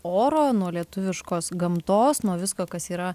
oro nuo lietuviškos gamtos nuo visko kas yra